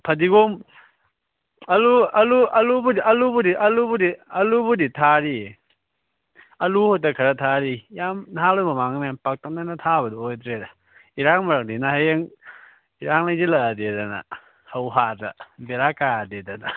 ꯐꯗꯤꯒꯣꯝ ꯑꯥꯂꯨ ꯑꯥꯂꯨ ꯑꯥꯂꯨꯕꯨꯗꯤ ꯑꯥꯂꯨꯕꯨꯗꯤ ꯑꯥꯂꯨꯕꯨꯗꯤ ꯑꯥꯂꯨꯕꯨꯗꯤ ꯊꯥꯔꯤꯌꯦ ꯑꯥꯂꯨ ꯃꯛꯇ ꯈꯔ ꯊꯥꯔꯤ ꯌꯥꯝ ꯅꯍꯥꯟꯋꯥꯏ ꯃꯃꯥꯡꯗ ꯃꯌꯥꯝ ꯄꯥꯛꯇꯛꯅꯅ ꯊꯥꯕꯗꯨ ꯑꯣꯏꯗ꯭ꯔꯦꯗ ꯏꯔꯥꯡ ꯃꯔꯛꯅꯤꯅ ꯍꯌꯦꯡ ꯏꯔꯥꯡ ꯂꯩꯁꯤꯜꯂꯛꯑꯗꯤꯑꯗꯅ ꯕꯦꯔꯥ ꯀꯥꯔꯗꯤꯑꯗꯅ